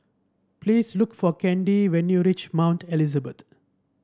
please look for Candi when you reach Mount Elizabeth